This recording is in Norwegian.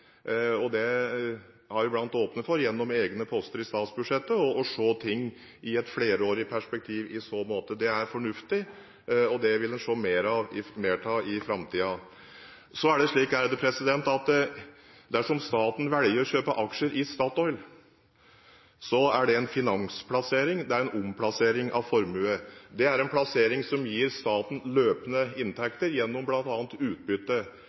har åpnet for bl.a., ved egne poster i statsbudsjettet, å se ting i et flerårig perspektiv i så måte. Det er fornuftig, og det vil vi se mer av i framtiden. Så er det slik at dersom staten velger å kjøpe aksjer i Statoil, er det en finansplassering. Det er en omplassering av formue. Det er en plassering som gir staten løpende inntekter, gjennom bl.a. utbytte.